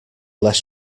less